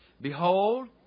behold